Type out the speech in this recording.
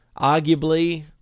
arguably